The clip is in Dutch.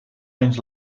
eens